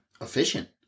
efficient